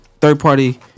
third-party